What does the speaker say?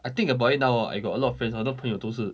I think about it now ah I got a lot of friends 很多朋友都是